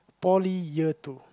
poly year two